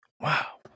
Wow